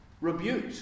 rebuke